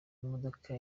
imodoka